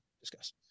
discuss